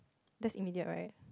that's immediate right